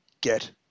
get